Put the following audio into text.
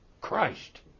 Christ